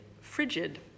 frigid